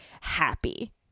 happy